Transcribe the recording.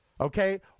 Okay